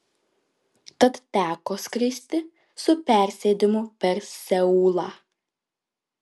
tad teko skristi su persėdimu per seulą